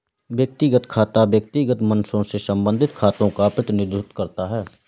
व्यक्तिगत खाता व्यक्तिगत मनुष्यों से संबंधित खातों का प्रतिनिधित्व करता है